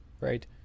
right